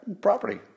property